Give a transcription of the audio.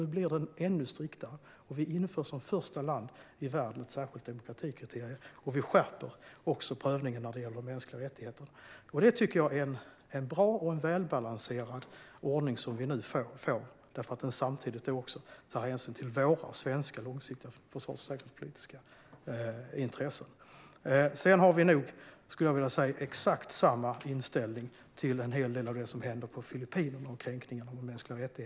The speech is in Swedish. Nu blir den ännu striktare. Och vi inför som första land i världen ett särskilt demokratikriterium. Vi skärper också prövningen när det gäller mänskliga rättigheter. Jag tycker att vi får en bra och välbalanserad ordning. Lagstiftningen tar nämligen samtidigt hänsyn till våra svenska långsiktiga försvars och säkerhetspolitiska intressen. När det gäller kränkningarna av mänskliga rättigheter och en hel del av det som händer i Filippinerna har vi nog exakt samma inställning.